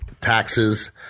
taxes